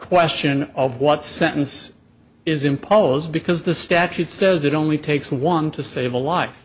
question of what sentence is imposed because the statute says it only takes one to save a life